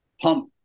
pump